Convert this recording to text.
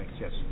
Yes